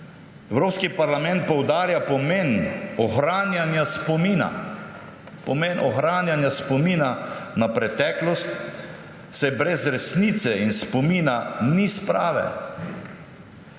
Evropski parlament poudarja pomen ohranjanja spomina, pomen ohranjanja spomina na preteklost, saj brez resnice in spomina ni sprave.